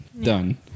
done